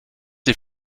die